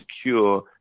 secure